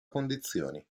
condizioni